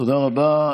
תודה רבה.